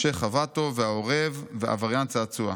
"משה חוואטו והעורב" ו"עבריין צעצוע",